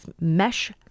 mesh